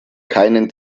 keinen